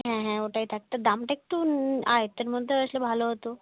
হ্যাঁ হ্যাঁ ওটাই থাক তা দামটা একটু আয়ত্তের মধ্যে আসলে ভালো হতো